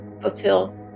fulfill